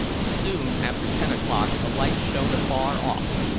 soon after ten o'clock a light shone afar off,